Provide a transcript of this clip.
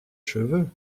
cheveux